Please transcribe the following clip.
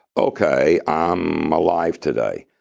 okay, i'm alive today.